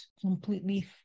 completely